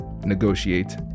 negotiate